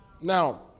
Now